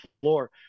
floor